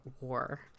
war